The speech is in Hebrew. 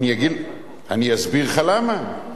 אני אסביר לך למה.